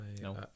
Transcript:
no